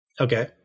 Okay